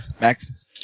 Max